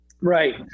Right